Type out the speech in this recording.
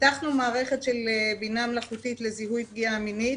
פיתחנו מערכת של בינה מלאכותית לזיהוי פגיעה מינית.